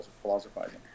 philosophizing